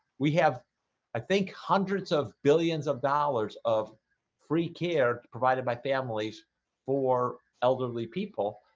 we have i think hundreds of billions of dollars of free care provided by families for elderly people,